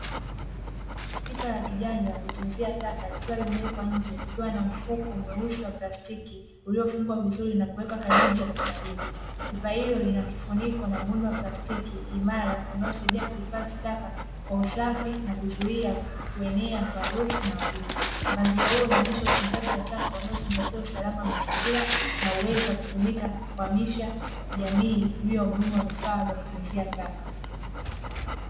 Pipa la kijani la kutunzia taka likiwa limewekwa nje likiwa na mfuko mweusi wa plastiki uliofungwa vizuri na kuwekwa karibu ya pipa hilo. Pipa hilo lina kifuniko na muundo wa plastiki imara, linalosaidia kuhifadhi taka kwa usafi na kuzuia kuenea kwa harufu na wadudu. Mpangilio huu unaonyesha utunzaji wa taka kwa unaozingatia usalama wa mazingira, unaoweza kutumika na kuelimisha jamii juu ya umuhimu wa vifaa vya kutunzia taka.